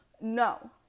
No